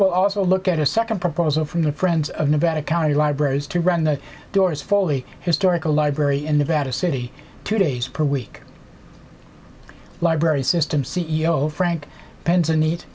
will also look at a second proposal from the friends of nevada county libraries to run the doors foley historical library in nevada city two days per week library system c e o frank pens a neat